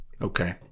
Okay